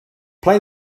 play